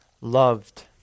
loved